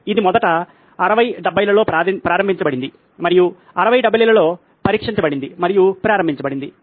ఇది మొదట 60 70 లలో ప్రారంభించబడింది మరియు 60 70 లలో పరీక్షించబడింది మరియు ప్రారంభించబడింది